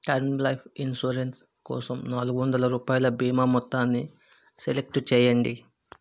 term life insurance కోసం నాలుగు వందల రూపాయల బీమా మొత్తాన్నిసెలెక్ట్ చేయండి